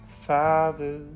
father